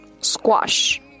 squash